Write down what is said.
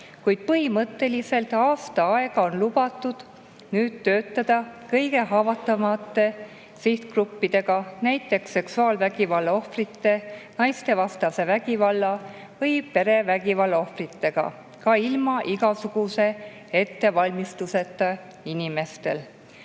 kuid põhimõtteliselt aasta aega on lubatud nüüd töötada kõige haavatavamate sihtgruppidega, näiteks seksuaalvägivalla ohvrite, naistevastase vägivalla või perevägivalla ohvritega, ka ilma igasuguse ettevalmistuseta inimestel.